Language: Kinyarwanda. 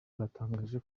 batangaje